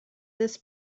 this